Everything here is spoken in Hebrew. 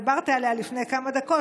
דיברת עליה לפני כמה דקות,